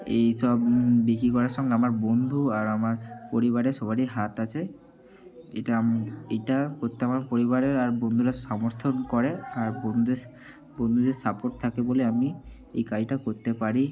এই সব বিক্রি করার সময় আমার বন্ধু আর আমার পরিবারের সবারই হাত আছে এটা আমি এটা করতে আমার পরিবারের আর বন্ধুদের সমর্থন করে আর বন্ধুদের সাপোর্ট থাকে বলে আমি এই কাজটা করতে পারি